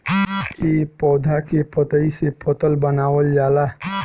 ए पौधा के पतइ से पतल बनावल जाला